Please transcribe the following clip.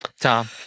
Tom